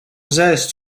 jose